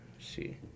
see